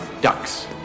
ducks